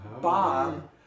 Bob